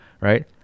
right